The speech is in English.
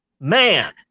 Man